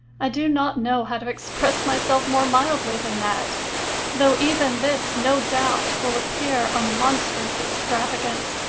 i do not know how to express myself more mildly than that though even this, no doubt, will appear a mon strous extravagance,